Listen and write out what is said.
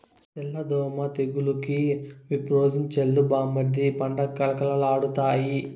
తెల్ల దోమ తెగులుకి విప్రోజిన్ చల్లు బామ్మర్ది పంట కళకళలాడతాయి